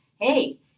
hey